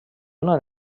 una